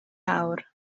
awr